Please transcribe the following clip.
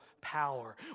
power